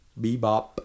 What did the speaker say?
Bebop